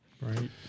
Right